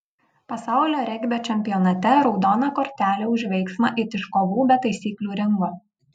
pasaulio regbio čempionate raudona kortelė už veiksmą it iš kovų be taisyklių ringo